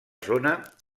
zona